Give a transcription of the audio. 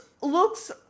looks